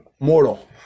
mortal